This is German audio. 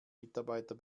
mitarbeiter